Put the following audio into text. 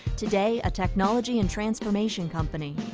today a technology and transformation company.